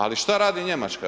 Ali šta radi Njemačka?